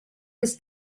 his